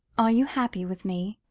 are you happy with me?